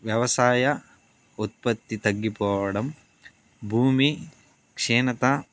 వ్యవసాయ ఉత్పత్తి తగ్గిపోవడం భూమి క్షీణత